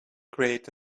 great